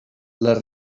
les